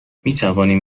میتوانیم